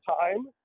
time